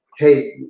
Hey